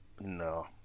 No